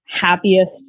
happiest